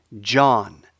John